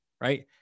right